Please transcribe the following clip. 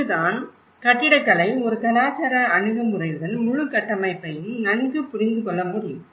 இங்குதான் கட்டிடக்கலை ஒரு கலாச்சார அணுகுமுறையுடன் முழு கட்டமைப்பையும் நன்கு புரிந்து கொள்ள முடியும்